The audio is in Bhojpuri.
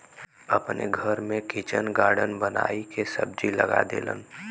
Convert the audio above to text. अपने घर में किचन गार्डन बनाई के सब्जी लगा देलन